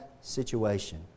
situation